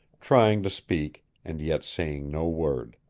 trying to speak and yet saying no word.